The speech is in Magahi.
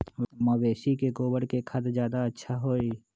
मवेसी के गोबर के खाद ज्यादा अच्छा होई?